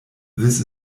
this